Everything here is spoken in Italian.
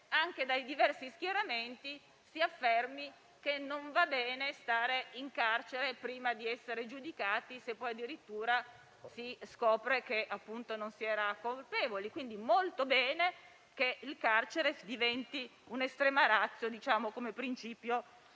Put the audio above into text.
dai diversi schieramenti si affermi che non va bene stare in carcere prima di essere giudicati, se poi addirittura si scopre che non si era colpevoli. Molto bene, quindi, che il carcere diventi un'*extrema* *ratio* come principio